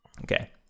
Okay